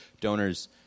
donors